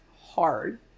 hard